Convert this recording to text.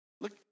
Look